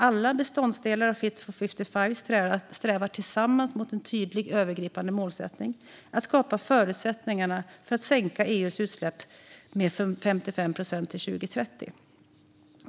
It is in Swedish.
Alla beståndsdelar av Fit for 55 strävar tillsammans mot en tydlig övergripande målsättning: att skapa förutsättningarna för att sänka EU:s utsläpp med 55 procent till 2030.